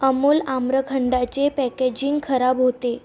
अमूल आम्रखंडाचे पॅकेजिंग खराब होते